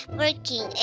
working